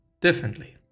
differently